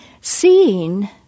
seeing